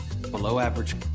below-average